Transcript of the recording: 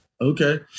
okay